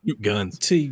guns